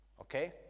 Okay